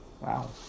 Wow